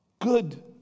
good